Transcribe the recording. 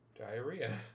Diarrhea